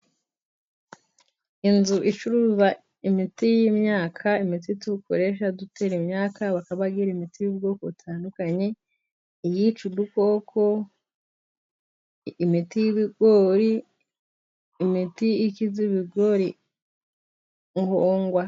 Inzu icuruza imiti y'imyaka, imiti tukoresha dutera imyaka bakaba bagira imiti y'ubwoko butandukanye, iyica udukoko ,imiti y'ibigori, imiti ikiza ibigori nkongwa.